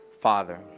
Father